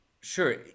sure